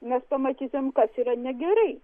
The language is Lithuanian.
mes pamatytume kas yra negerai